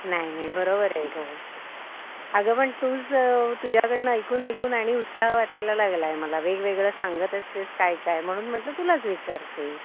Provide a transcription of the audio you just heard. नाही नाही बरोबर आहे गं अगं पण तूच तुझ्याकडून ऐकून ऐकून आणि उत्साह वाटायला लागला आहे मला वेगवेगळं सांगत असतेस काय काय म्हणून म्हटलं तुलाच विचारते